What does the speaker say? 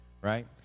right